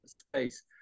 space